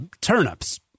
turnips